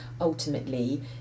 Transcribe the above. ultimately